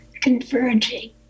converging